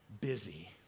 busy